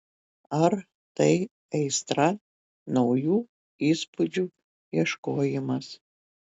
ar tai aistra naujų įspūdžių ieškojimas